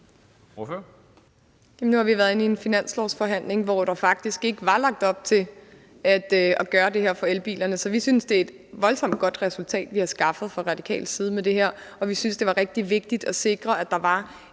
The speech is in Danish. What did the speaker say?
Nu har vi været inde i en finanslovforhandling, hvor der faktisk ikke var lagt op til at gøre det her for elbilerne. Så vi synes, det er et voldsomt godt resultat, vi har skaffet fra radikal side med det her, og vi synes, det var rigtig vigtigt at sikre, at der var